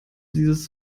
dieses